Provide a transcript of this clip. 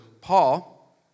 Paul